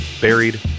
buried